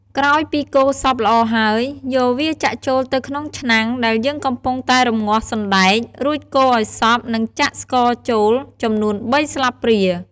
ក្រោយពីកូរសព្វល្អហើយ យកវាចាក់ចូលទៅក្នុងឆ្នាំងដែលយើងកំពុងតែរំងាស់សណ្តែក រួចកូរឱ្យសព្វ និងចាក់ស្ករចូល ចំនួន៣ស្លាបព្រា។